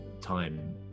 time